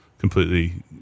completely